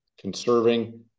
conserving